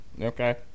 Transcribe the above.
Okay